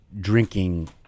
drinking